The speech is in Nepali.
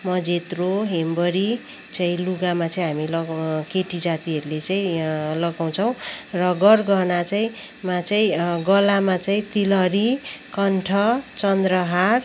मजेत्रो हेम्बरी चाहिँ लुगामा चाहिँ हामी लगाउ केटी जातिहरूले चाहिँ लगाउँछौँ र गर गहना चाहिँ मा चाहिँ गलामा चाहिँ तिलहरी कण्ठ चन्द्रहार